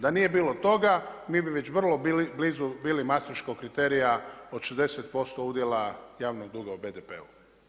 Da nije bilo toga, mi bi već vrlo blizu bili mastriškog kriterija od 60% udjela javnog duga u BDP-u.